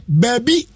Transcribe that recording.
baby